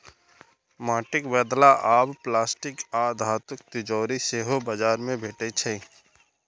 माटिक बदला आब प्लास्टिक आ धातुक तिजौरी सेहो बाजार मे भेटै छै